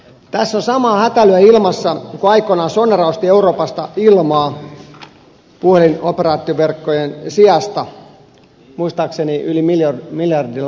tässä on samaa hätäilyä ilmassa kuin aikoinaan kun sonera osti euroopasta ilmaa puhelinoperaattoriverkkojen sijasta muistaakseni yli miljardilla markalla